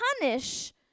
punish